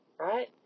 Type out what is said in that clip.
right